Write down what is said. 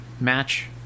match